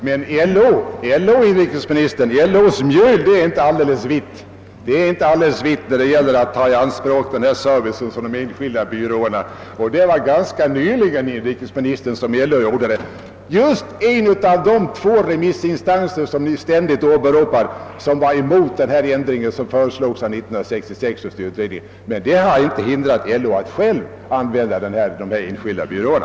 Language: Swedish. Men LO:s mjöl är inte helt vitt när det gäller att ta i anspråk denna service från de enskilda byråerna. Det har helt nyligen hänt att LO — som är en av de två ständigt åberopade remissinstanser vilka var emot den ändring som föreslogs av 1966 års utredning — har anlitat dessa enskilda byråer.